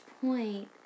point